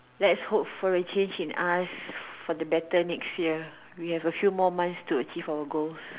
lets hope for a change in us for a better next year we have a few more months to achieve or goals